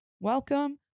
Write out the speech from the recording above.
welcome